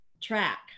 track